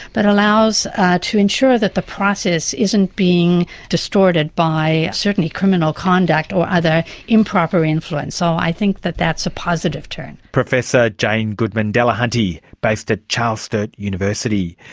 but allows to ensure that the process isn't being distorted by certainly criminal conduct or other improper influence. so i think that that's a positive turn. professor jane goodman-delahunty, based at charles sturt university.